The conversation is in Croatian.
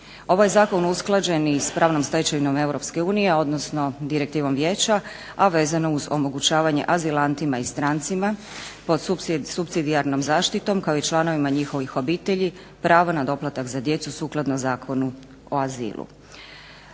Ovaj zakon usklađen je i sa pravnom stečevinom Europske unije, odnosno Direktivom Vijeća, a vezano uz omogućavanje azilantima i strancima pod supsidijarnom zaštitom kao i članovima njihovih obitelji pravo na doplatak za djecu sukladno Zakonu o azilu.